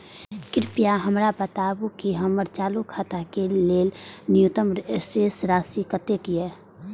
कृपया हमरा बताबू कि हमर चालू खाता के लेल न्यूनतम शेष राशि कतेक या